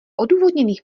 odůvodněných